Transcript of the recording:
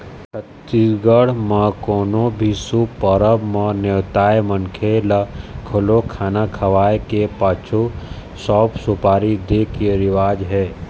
छत्तीसगढ़ म कोनो भी शुभ परब म नेवताए मनखे ल घलोक खाना खवाए के पाछू सउफ, सुपारी दे के रिवाज हे